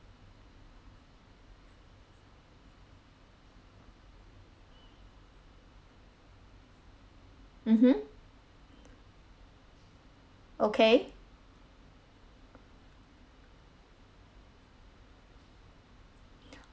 mmhmm okay